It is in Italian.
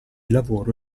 lavoro